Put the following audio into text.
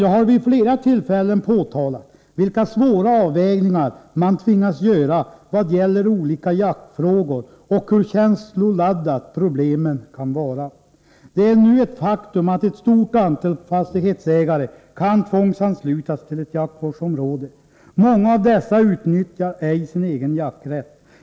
Jag har vid flera tillfällen påpekat vilka svåra avvägningar man tvingas göra beträffande olika jaktfrågor och hur känsloladdade problemen kan vara. Det är nu ett faktum att ett stort antal fastighetsägare kan tvångsanslutas till ett jaktvårdsområde. Många av dessa utnyttjar ej sin jakträtt.